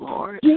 Lord